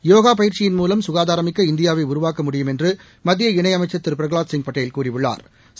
யோகா பயிற்சியின் மூலம் சுகாதாரமிக்க இந்தியாவை உருவாக்க முடியும் என்று மத்திய இணை அமைச்சா் திரு பிரகலாத்சிங் பட்டேல் கூறியுள்ளாா்